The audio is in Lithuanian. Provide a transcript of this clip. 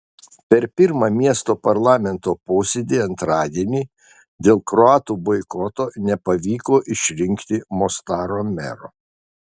per pirmą miesto parlamento posėdį antradienį dėl kroatų boikoto nepavyko išrinkti mostaro mero